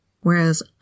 whereas